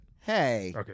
Hey